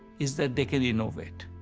is that they can innovate,